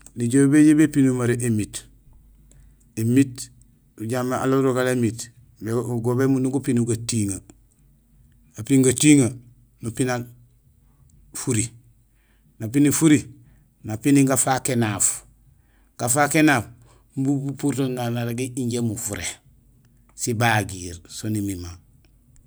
Nijool béjoow bepinul mara émiit; émiit ujaam ma alaal uroga émiit, go bémundum gupinul gatiŋee, apiin gatiŋee, nupinal furi, napini furi, napini gafaak énaaf; gafaak énaaf umbu gupuur to narégi injé umu furé; sibagiir so nimima.